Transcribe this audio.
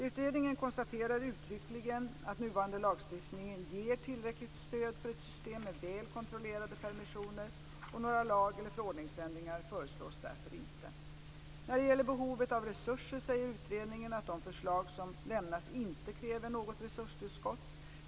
Utredningen konstaterar uttryckligen att nuvarande lagstiftning ger tillräckligt stöd för ett system med väl kontrollerade permissioner, och några lag eller förordningsändringar föreslås därför inte. När det gäller behovet av resurser säger utredningen att de förslag som lämnas inte kräver något resurstillskott.